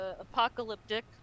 apocalyptic